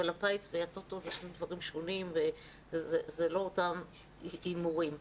אבל הפיס והלוטו הם שני גופים שונים שעוסקים בהימורים שונים.